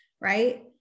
right